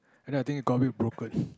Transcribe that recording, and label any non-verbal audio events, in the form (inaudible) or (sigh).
and then I think it got a bit broken (breath)